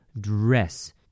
Dress